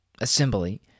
Assembly